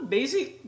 Basic